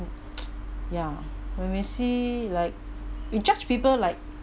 ya when we see like we judge people like